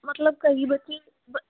ਮਤਲਬ ਕਈ ਬੱਚੇ